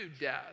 death